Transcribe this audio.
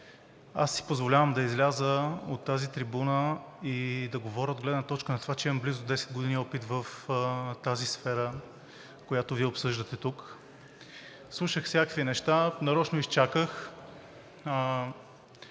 аз си позволявам да изляза от тази трибуна и да говоря от гледна точка на това, че имам близо 10 години опит в тази сфера, която Вие тук обсъждате. Слушах всякакви неща, нарочно изчаках